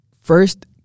First